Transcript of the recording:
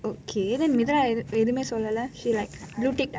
okay then meduva ஒன்றுமே சொல்லலே:ondrumei sollalei she like